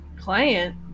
Client